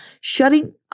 Shutting